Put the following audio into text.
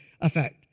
effect